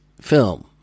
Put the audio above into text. film